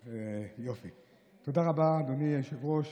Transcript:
תודה רבה, אדוני היושב-ראש.